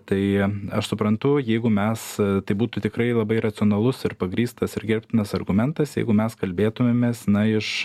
tai aš suprantu jeigu mes tai būtų tikrai labai racionalus ir pagrįstas ir gerbtinas argumentas jeigu mes kalbėtumėmės na iš